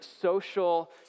social